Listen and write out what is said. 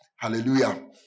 Hallelujah